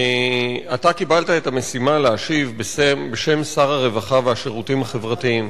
אתה קיבלת את המשימה להשיב בשם שר הרווחה והשירותים החברתיים,